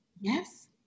Yes